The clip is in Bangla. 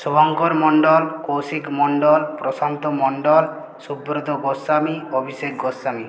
শুভঙ্কর মন্ডল কৌশিক মন্ডল প্রশান্ত মন্ডল সুব্রত গোস্বামী অভিষেক গোস্বামী